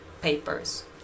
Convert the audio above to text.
papers